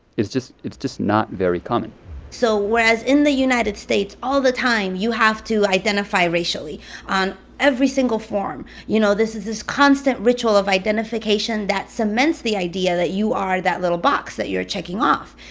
is just it's just not very common so whereas in the united states, all the time, you have to identify racially on every single form, you know, this is this constant ritual of identification that cements the idea that you are that little box that you're checking off,